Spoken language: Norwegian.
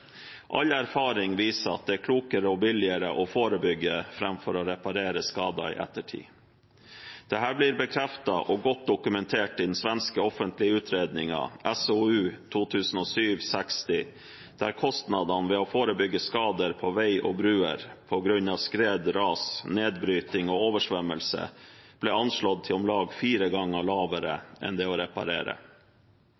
All erfaring viser at det er klokere og billigere å forebygge framfor å reparere skader i ettertid. Dette blir bekreftet og godt dokumentert i den svenske offentlige utredningen SOU 2007:60, der kostnadene ved å forebygge skader på vei og broer på grunn av skred, ras, nedbrytning og oversvømmelse ble anslått til å være om lag fire ganger lavere